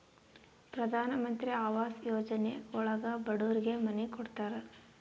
ಪ್ರಧನಮಂತ್ರಿ ಆವಾಸ್ ಯೋಜನೆ ಒಳಗ ಬಡೂರಿಗೆ ಮನೆ ಕೊಡ್ತಾರ